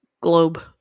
Globe